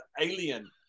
alien